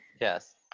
Yes